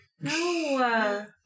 No